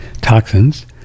toxins